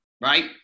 right